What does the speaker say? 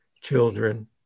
children